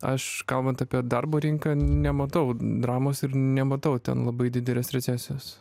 aš kalbant apie darbo rinką nematau dramos ir nematau ten labai didelės recesijos